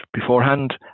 beforehand